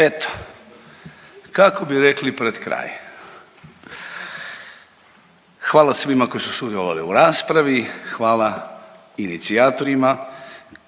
Eto. Kako bi rekli pred kraj, hvala svima koji su sudjelovali u raspravi, hvala inicijatorima